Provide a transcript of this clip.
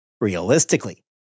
Realistically